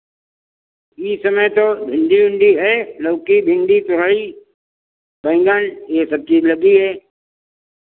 इ समय तो भिंडी विंडी है लौकी भिंडी तुरई बैंगन ये सब चीज़ लगी है